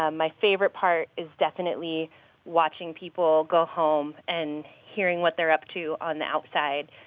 um my favorite part is definitely watching people go home and hearing what they're up to on the outside.